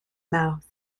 mouth